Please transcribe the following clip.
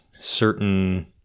certain